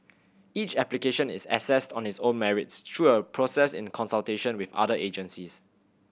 each application is assessed on its own merits through a process in consultation with other agencies